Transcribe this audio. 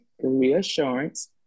reassurance